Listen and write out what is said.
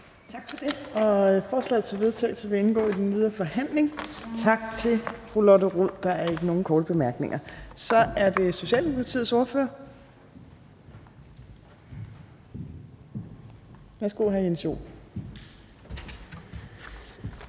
Tak for det. Forslaget til vedtagelse vil indgå i den videre forhandling. Tak til fru Lotte Rod. Der er ikke nogen korte bemærkninger. Så er det Socialdemokratiets ordfører. Værsgo, hr. Jens Joel.